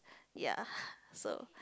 ya so